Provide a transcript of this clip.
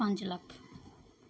ਪੰਜ ਲੱਖ